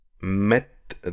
met